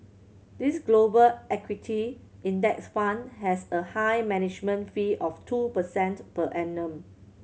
this Global Equity Index Fund has a high management fee of two percent per annum